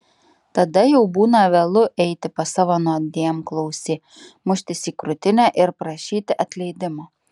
tada jau būna vėlu eiti pas savo nuodėmklausį muštis į krūtinę ir prašyti atleidimo